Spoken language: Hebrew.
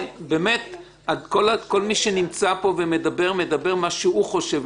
כל מי שנמצא פה ומדבר מדבר מה שהוא חושב,